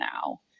now